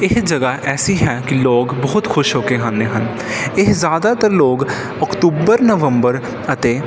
ਇਹ ਜਗ੍ਹਾ ਐਸੀ ਹੈ ਕਿ ਲੋਕ ਬਹੁਤ ਖੁਸ਼ ਹੋ ਕੇ ਆਉਂਦੇ ਹਨ ਇਹ ਜ਼ਿਆਦਾਤਰ ਲੋਕ ਅਕਤੂਬਰ ਨਵੰਬਰ ਅਤੇ